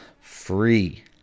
free